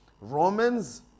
Romans